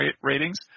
ratings